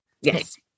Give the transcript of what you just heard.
Yes